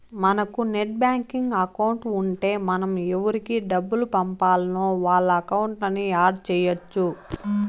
మనకు net banking account ఉంటే మనం ఎవురికి డబ్బులు పంపాల్నో వాళ్ళ అకౌంట్లని యాడ్ చెయ్యచ్చు